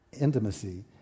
intimacy